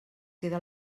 queda